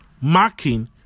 marking